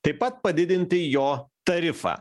taip pat padidinti jo tarifą